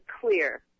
clear